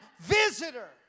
visitor